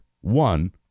one